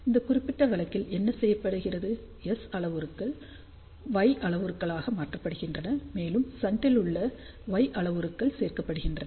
இந்த குறிப்பிட்ட வழக்கில் என்ன செய்யப்படுகிறது S அளவுருக்கள் Y அளவுருவாக மாற்றப்படுகின்றன மேலும் ஷண்டில் உள்ள Y அளவுருக்கள் சேர்க்கப்படுகின்றன